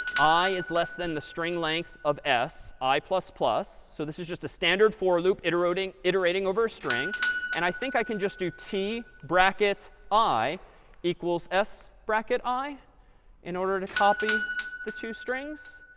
i is less than the string length of s, i plus plus so this is just a standard for loop iterating iterating over a string and i think i can just do t bracket i equals s bracket i in order to copy the two strings.